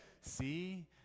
see